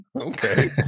Okay